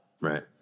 Right